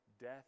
death